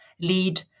lead